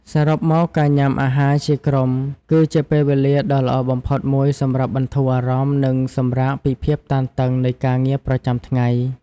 សរុបមក ការញ៉ាំអាហារជាក្រុមគឺជាពេលវេលាដ៏ល្អបំផុតមួយសម្រាប់បន្ធូរអារម្មណ៍និងសម្រាកពីភាពតានតឹងនៃការងារប្រចាំថ្ងៃ។